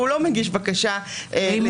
אבל הוא לא מגיש בקשה לדחייה.